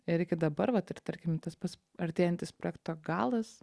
ir iki dabar vat ir tarkim tas pats artėjantis projekto galas